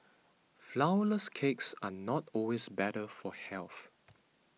Flourless Cakes are not always better for health